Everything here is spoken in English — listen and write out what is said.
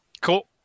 Cool